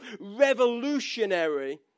revolutionary